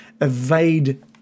evade